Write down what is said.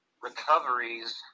recoveries